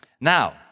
Now